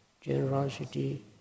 generosity